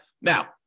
Now